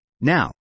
Now